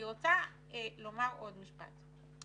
אני רוצה לומר עוד משפט.